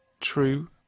true